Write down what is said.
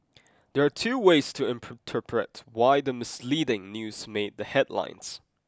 there are two ways to interpret why the misleading news made the headlines